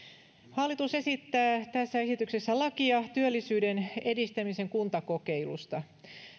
hallitus esittää tässä esityksessä lakia työllisyyden edistämisen kuntakokeilusta